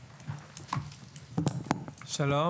שלום.